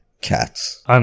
Cats